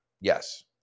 Yes